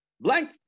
Blank